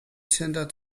center